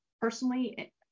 personally